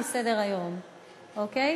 מי שרוצה ועדת חוץ וביטחון,